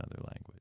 language